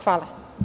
Hvala.